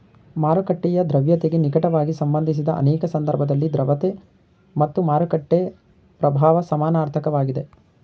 ಮಾರುಕಟ್ಟೆಯ ದ್ರವ್ಯತೆಗೆ ನಿಕಟವಾಗಿ ಸಂಬಂಧಿಸಿದ ಅನೇಕ ಸಂದರ್ಭದಲ್ಲಿ ದ್ರವತೆ ಮತ್ತು ಮಾರುಕಟ್ಟೆ ಪ್ರಭಾವ ಸಮನಾರ್ಥಕ ವಾಗಿದೆ